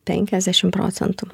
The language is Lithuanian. penkiasdešimt procentų